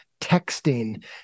texting